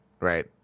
Right